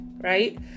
right